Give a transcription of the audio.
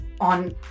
on